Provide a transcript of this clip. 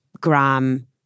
gram